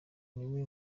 niwe